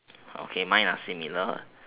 okay mine are similar